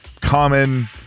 common